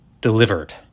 delivered